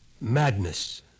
madness